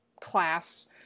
class